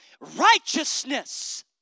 Righteousness